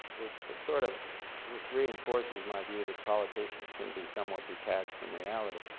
it but sort of reinforces my view that politicians can be somewhat detached from reality.